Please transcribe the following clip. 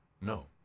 no